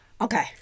okay